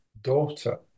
daughter